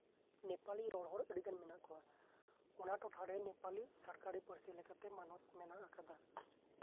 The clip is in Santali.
ᱱᱮᱯᱟᱞᱤ ᱨᱚᱲ ᱦᱚᱲ ᱟᱹᱰᱤᱜᱟᱱ ᱦᱮᱱᱟᱜ ᱠᱚᱣᱟ ᱚᱱᱟ ᱴᱚᱴᱷᱟᱨᱮ ᱱᱮᱯᱟᱞᱤ ᱯᱟᱹᱨᱥᱤ ᱥᱚᱨᱠᱟᱨᱤ ᱞᱮᱠᱟᱛᱮ ᱢᱟᱱᱚᱛ ᱢᱮᱱᱟᱜ ᱟᱠᱟᱫᱟ